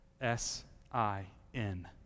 S-I-N